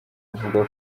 avuga